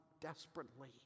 desperately